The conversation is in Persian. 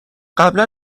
قبلا